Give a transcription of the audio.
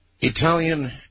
Italian